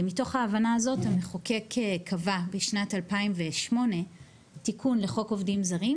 מתוך ההבנה הזו המחוקק קבע בשנת 2008 תיקון לחוק עובדים זרים,